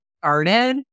started